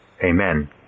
Amen